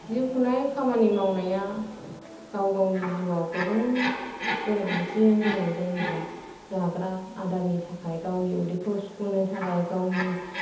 जिउ खुंनाय खामानि मावनाया गाव गावनि जिउवाव गोबां गोनांथि होननाय जायोब्ला जाग्रा आदारनि थाखाय गावनि उदैखौ सुफुंनो थाखाय गावनि